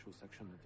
section